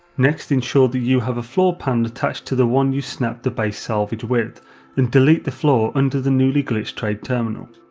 next, ensure that you have a floor panel attached to the one you snapped the base salvage with and delete the floor under the newly glitch trade terminal.